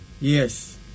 Yes